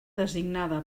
designada